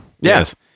Yes